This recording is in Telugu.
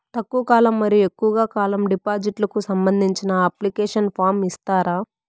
తక్కువ కాలం మరియు ఎక్కువగా కాలం డిపాజిట్లు కు సంబంధించిన అప్లికేషన్ ఫార్మ్ ఇస్తారా?